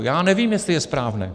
Já nevím, jestli je správné.